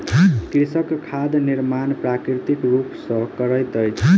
कृषक खाद निर्माण प्राकृतिक रूप सॅ करैत अछि